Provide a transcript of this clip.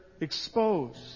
exposed